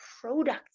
product